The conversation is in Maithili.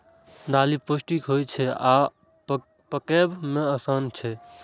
दालि पौष्टिक होइ छै आ पकबै मे आसान छै